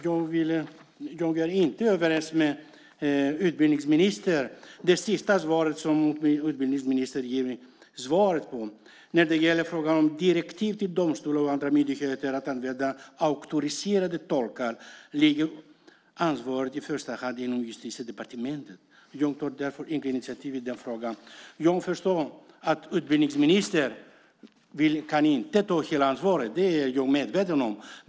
Jag är dock inte överens med utbildningsministern när det gäller det sista han svarade på. När det gäller direktiv till domstolar och andra myndigheter om att använda auktoriserade tolkar ligger ansvaret i första hand inom Justitiedepartementet. Därför tas inget initiativ i den frågan. Jag förstår att utbildningsministern inte kan ta hela ansvaret; det är jag medveten om.